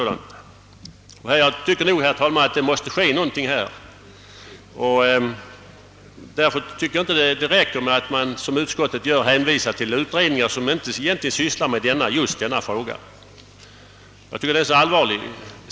Jag tycker nog, herr talman, att något borde ske på detta område, Det räcker inte med att som utskottet gör hänvisa till en utredning som inte sysslar med just denna fråga.